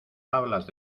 tablas